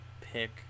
pick